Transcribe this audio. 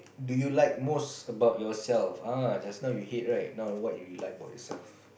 do you like most about yourself uh just now you hate right now what you like about yourself